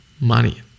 money